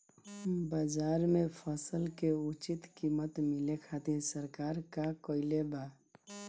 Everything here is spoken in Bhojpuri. बाजार में फसल के उचित कीमत मिले खातिर सरकार का कईले बाऽ?